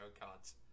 cards